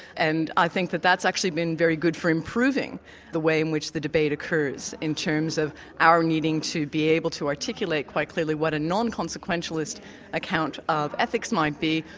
and i think that that's actually been very good for improving the way in which the debate occurs, in terms of our needing to be able to articulate quite clearly what a non-consequentialist account of ethics might be,